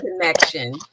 connection